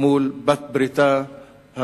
מול בת-בריתה,